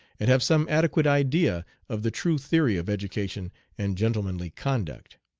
and have some adequate idea of the true theory of education and gentlemanly conduct.